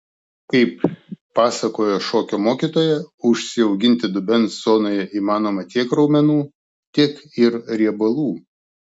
kaip pasakoja šokio mokytoja užsiauginti dubens zonoje įmanoma tiek raumenų tiek ir riebalų